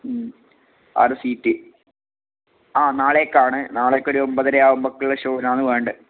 ഉം ആറു സീറ്റ് ആ നാളേക്കാണ് നാളേക്കൊരു ഒമ്പതര ആവുമ്പോഴേക്കുള്ള ഷോവിനാണ് വേണ്ടത്